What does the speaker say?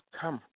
come